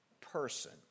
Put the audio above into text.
person